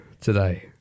today